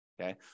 Okay